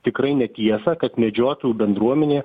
tikrai netiesą kad medžiotojų bendruomenė